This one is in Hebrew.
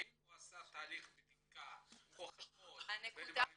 האם הוא עשה בדיקה, הוכחות לדברים האלה?